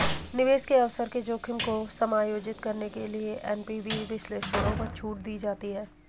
निवेश के अवसर के जोखिम को समायोजित करने के लिए एन.पी.वी विश्लेषणों पर छूट दी जाती है